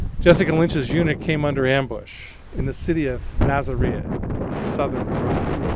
jessica lynch's unit came under ambush in the city of nasiriyah in southern iraq.